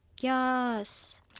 Yes